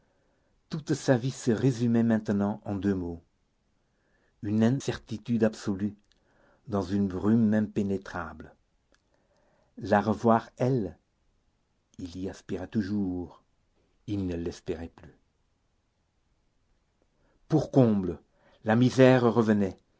toute sa vie se résumait maintenant en deux mots une incertitude absolue dans une brume